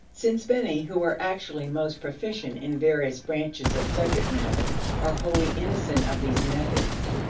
since many who are actually most proficient in various branches of subject matter are wholly innocent of these methods,